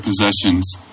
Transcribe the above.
possessions